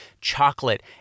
chocolate